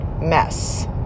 mess